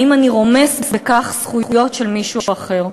האם אני רומס בכך זכויות של מישהו אחר.